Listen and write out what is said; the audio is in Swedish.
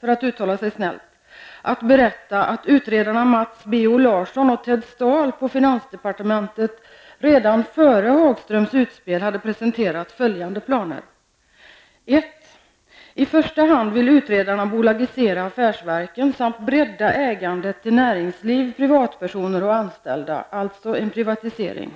för att uttala sig snällt, att berätta att utredarna Mats B O Larsson och Ted Stahl på finansdepartementet redan före Hagströms utspel hade presenterat följande planer. För det första vill utredarna bolagisera affärsverken samt bredda ägandet i näringslivet till privatpersoner och anställda, d.v.s. en privatisering.